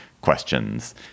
questions